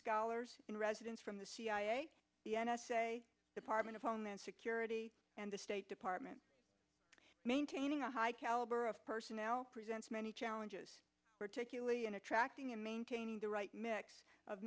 scholars in residence from the cia the n s a department of homeland security and the state department maintaining a high caliber of personnel presents many challenges particularly in attracting and maintaining the right mix of